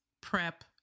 prep